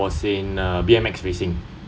I was in uh B_M_X racing